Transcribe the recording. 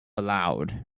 aloud